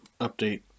update